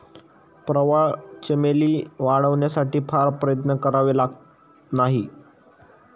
प्रवाळ चमेली वाढवण्यासाठी फार प्रयत्न करावे लागत नाहीत